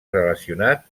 relacionat